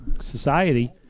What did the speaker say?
society